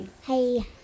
Hey